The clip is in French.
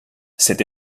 cette